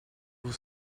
vous